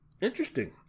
Interesting